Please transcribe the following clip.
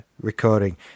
recording